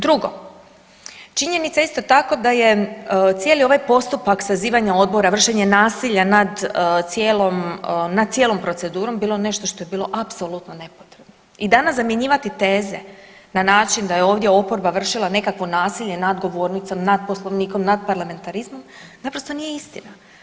Drugo, činjenica je isto tako da je cijeli ovaj postupak sazivanja Odbora, vršenje nasilja nad cijelom procedurom bilo nešto što je bilo apsolutno nepotrebno i danas zamjenjivati teze na način da je ovdje oporba vršila nekakvo nasilje nad govornicom, nad Poslovnikom, nad parlamentarizmom naprosto nije istina.